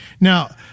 Now